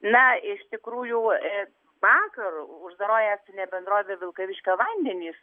na iš tikrųjų vakar uždaroji akcinė bendrovė vilkaviškio vandenys